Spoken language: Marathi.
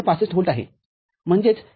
६५ व्होल्ट आहे म्हणजेच १